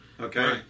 Okay